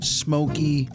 smoky